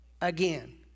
again